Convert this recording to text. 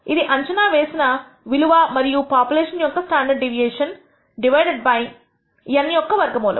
ఇది అంచనా వేసిన విలువ మరియు పాపులేషన్ యొక్క standard deviation divided by n యొక్క వర్గమూలం